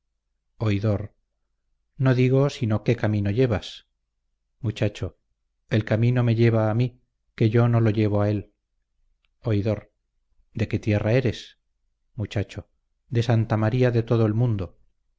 oidor no digo sino qué camino llevas muchacho el camino me lleva a mí que yo no lo llevo a él oidor de qué tierra eres muchacho de santa maría de todo el mundo